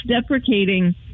deprecating